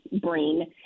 brain